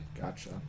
Gotcha